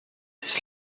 his